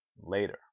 later